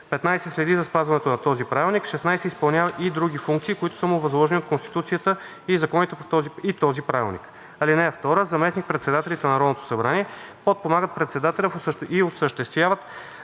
15. следи за спазването на този правилник; 16. изпълнява и други функции, които са му възложени от Конституцията, законите и този правилник. (2) Заместник-председателите на Народното събрание подпомагат председателя и осъществяват